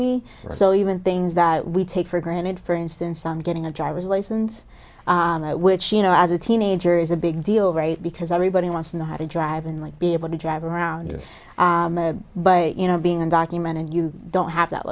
me so even things that we take for granted for instance on getting a driver's license which you know as a teenager is a big deal right because everybody wants to know how to drive and like be able to drive around but you know being undocumented you don't have that